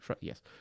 Yes